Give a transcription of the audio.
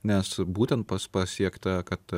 nes būtent pas pasiekta kad